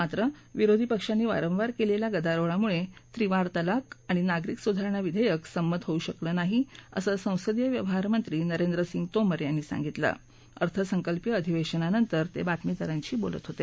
मात्र विरोधी पक्षांनी वारंवार केलेल्या गदारोळामुळे त्रिवार तलाक आणि नागरिक सुधारणा विधेयक संमत होऊ शकलं नाही असं संसदीय व्यवहार मंत्री नरेंद्र सिंग तोमर यांनी सांगितलं अर्थसंकल्पीय अधिवेशनानंतर ते बातमीदारांशी बोलत होते